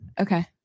Okay